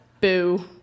Boo